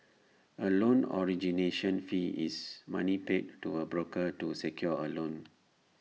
A loan origination fee is money paid to A broker to secure A loan